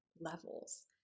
levels